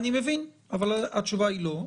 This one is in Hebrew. אני מבין, אבל התשובה היא לא.